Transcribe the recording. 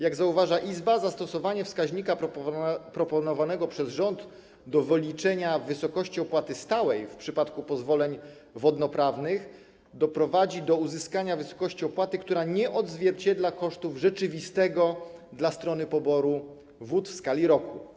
Jak zauważa izba, zastosowanie proponowanego przez rząd wskaźnika do wyliczenia wysokości opłaty stałej w przypadku pozwoleń wodnoprawnych doprowadzi do uzyskania wysokości opłaty, która nie odzwierciedla kosztów rzeczywistego dla strony poboru wód w skali roku.